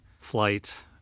flight